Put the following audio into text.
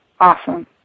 Awesome